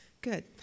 good